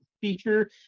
feature